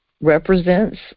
represents